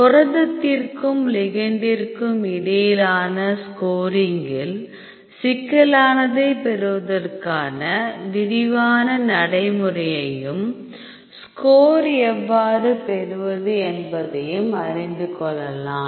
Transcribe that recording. புரதத்திற்கும் லிகெண்டிற்கும் இடையிலான ஸ்கோரிங்கில் சிக்கலானதைப் பெறுவதற்கான விரிவான நடைமுறையையும் ஸ்கோர் எவ்வாறு பெறுவது என்பதையும் அறிந்து கொள்ளலாம்